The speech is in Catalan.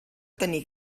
tenir